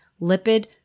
lipid